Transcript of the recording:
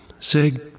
Sig